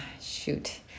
Shoot